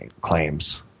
claims